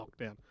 lockdown